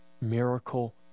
miracle